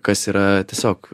kas yra tiesiog